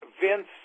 Vince